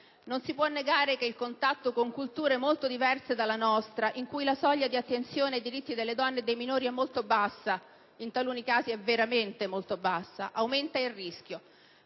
Non si può negare che il contatto con culture molto diverse dalla nostra, in cui la soglia di attenzione ai diritti delle donne e dei minori è molto bassa (ed in taluni casi è veramente molto bassa), aumenta il rischio;